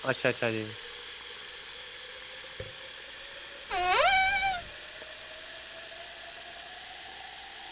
अच्छा अच्छा जी